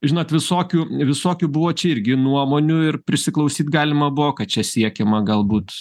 žinot visokių visokių buvo čia irgi nuomonių ir prisiklausyt galima buvo kad čia siekiama galbūt